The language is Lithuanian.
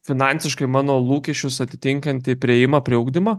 finansiškai mano lūkesčius atitinkantį priėjimą prie ugdymo